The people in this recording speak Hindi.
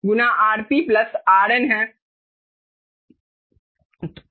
इसलिए हम जो करेंगे उसके बाद हम आगे बढ़ेंगे